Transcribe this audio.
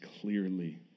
clearly